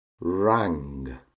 rang